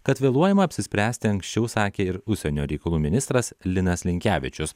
kad vėluojama apsispręsti anksčiau sakė ir užsienio reikalų ministras linas linkevičius